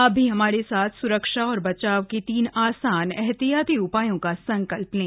आप भी हमारे साथ स्रक्षा और बचाव के तीन आसान एहतियाती उपायों का संकल्प लें